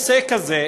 נושא כזה,